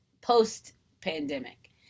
post-pandemic